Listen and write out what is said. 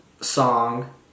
song